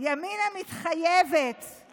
ימינה מתחייבת כי בכל,